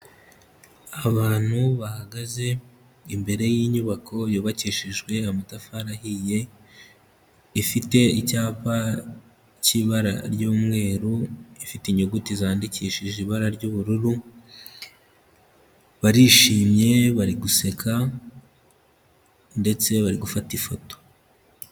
Abantu bahagaze imbere y'inyubako yubakishijwe amatafari ahiye, ifite icyapa cy'ibara ry'umweru, ifite inyuguti zandikishije ibara ry'ubururu. Barishimye bari guseka, ndetse bari gufata ifoto.